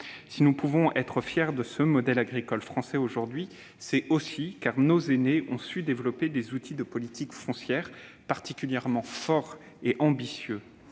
Si nous pouvons être fiers du modèle agricole français aujourd'hui, c'est aussi parce que nos aînés ont su développer des outils de politique foncière particulièrement forts et audacieux.